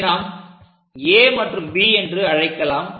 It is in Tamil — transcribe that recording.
அதை நாம் A மற்றும் B என்று அழைக்கலாம்